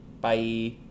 Bye